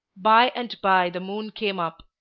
by-and-by the moon came up.